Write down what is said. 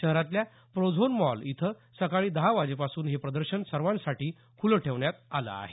शहरातल्या Prozone mall इथं सकाळी दहावाजेपासून हे प्रदर्शन सर्वांसाठी खुलं ठेवण्यात आलं आहे